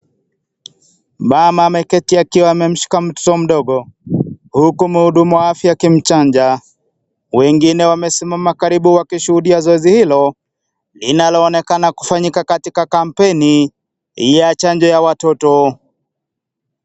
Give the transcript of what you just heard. Mama ameketi akiwa ameshika mtoto mdogo , huku mhudumu wa afya akimchanja . Wengine wamesimama karibu wakishuhudia zoezi hilo linaloonekana kufanyika katika kampeni ya chanjo ya watoto .